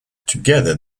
together